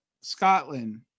Scotland